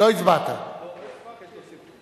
אני מבקש שתוסיף אותי.